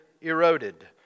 Eroded